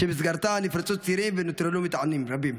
שבמסגרתה נפרצו צירים ונוטרלו מטענים רבים.